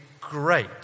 great